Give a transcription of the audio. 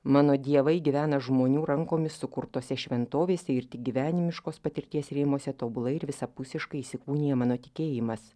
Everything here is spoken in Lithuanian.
mano dievai gyvena žmonių rankomis sukurtose šventovėse ir tik gyvenimiškos patirties rėmuose tobulai ir visapusiškai įsikūnija mano tikėjimas